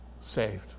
saved